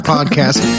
Podcast